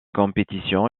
compétition